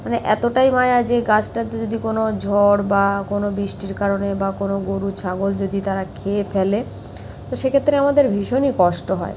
মানে এতোটাই মায়া যে গাছটাতে যদি কোনো ঝড় বা কোনো বৃষ্টির কারণে বা কোনো গরু ছাগল যদি তারা খেয়ে ফেলে তো সে ক্ষেত্রে আমাদের ভীষণই কষ্ট হয়